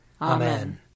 Amen